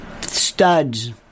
studs